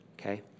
okay